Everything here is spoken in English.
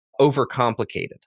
overcomplicated